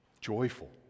joyful